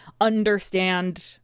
understand